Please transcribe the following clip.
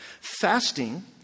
Fasting